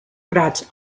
prats